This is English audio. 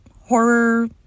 horror